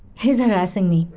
he's harassing me.